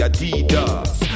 Adidas